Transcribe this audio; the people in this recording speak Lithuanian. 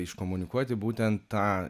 iškomunikuoti būtent tą